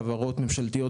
חברות ממשלתיות,